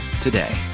today